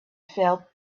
felt